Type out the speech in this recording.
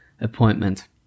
appointment